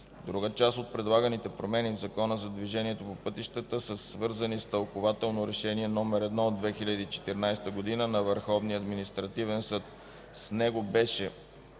Друга част от предлаганите промени в Закона за движението по пътищата са свързани с Тълкувателно решение № 1 от 2014 г. на Върховния административен съд. С него беше